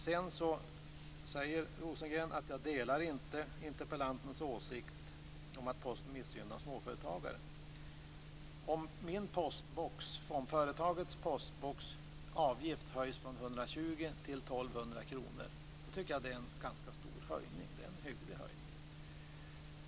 Sedan säger Rosengren att han inte delar interpellantens åsikt att Posten missgynnar småföretagare. 1 200 kr tycker jag att det är en ganska stor höjning.